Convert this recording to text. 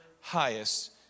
highest